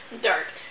Dark